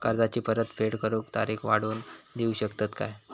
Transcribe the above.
कर्जाची परत फेड करूक तारीख वाढवून देऊ शकतत काय?